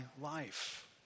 life